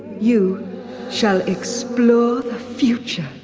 you shall explore the future.